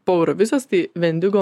po eurovizijos tai vendigo